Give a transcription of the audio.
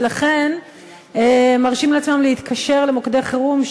ולכן מרשים לעצמם להתקשר למוקדי חירום,